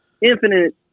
infinite